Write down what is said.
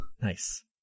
Nice